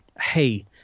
Hey